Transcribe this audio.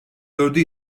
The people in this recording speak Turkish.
dördü